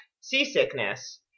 seasickness